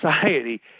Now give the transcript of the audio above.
society